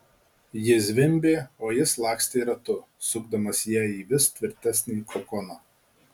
ji zvimbė o jis lakstė ratu sukdamas ją į vis tvirtesnį kokoną